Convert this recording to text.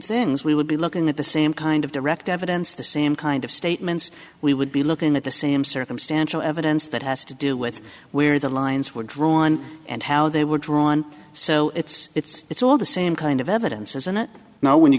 things we would be looking at the same kind of direct evidence the same kind of statements we would be looking at the same circumstantial evidence that has to do with where the lines were drawn and how they were drawn so it's it's it's all the same kind of evidence isn't it now when you